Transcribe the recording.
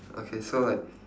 okay so like